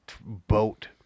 boat